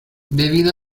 debido